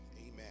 Amen